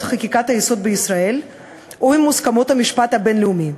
חקיקת היסוד בישראל או עם מוסכמות המשפט הבין-לאומי.